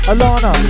Alana